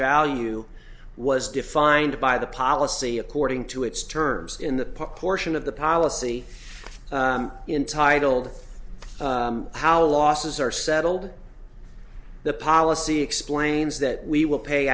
value was defined by the policy according to its terms in the pop portion of the policy in titled how losses are settled the policy explains that we will pay